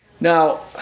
Now